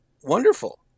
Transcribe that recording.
wonderful